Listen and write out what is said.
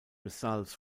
results